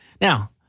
Now